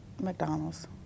McDonald's